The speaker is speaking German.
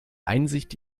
einsicht